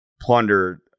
plundered